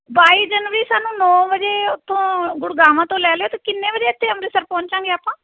ਬਾਈ ਜਨਵਰੀ ਸਾਨੂੰ ਨੌ ਵਜੇ ਉੱਥੋਂ ਗੁੜਗਾਵਾਂ ਤੋਂ ਲੈ ਲਿਓ ਅਤੇ ਕਿੰਨੇ ਵਜੇ ਇੱਥੇ ਅੰਮ੍ਰਿਤਸਰ ਪਹੁੰਚਾਂਗੇ ਆਪਾਂ